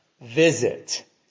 visit